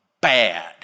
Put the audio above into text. bad